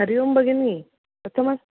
हरिः ओं भगिनी कथमस्ति